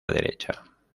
derecha